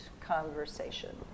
conversation